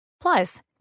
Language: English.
Plus